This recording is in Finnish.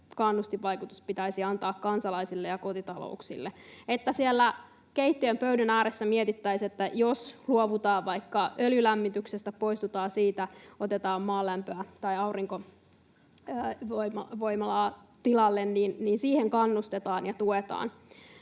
kannustinvaikutus pitäisi antaa kansalaisille ja kotitalouksille, että kun siellä keittiönpöydän ääressä mietitään, että jos luovutaan vaikka öljylämmityksestä, poistutaan siitä, otetaan maalämpöä tai aurinkovoimalaa tilalle, niin siihen kannustetaan ja tuetaan.